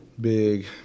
Big